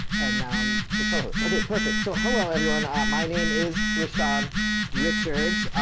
and now i'm the co host okay perfect, so hello, everyone. my name is reshan richards.